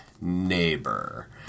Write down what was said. neighbor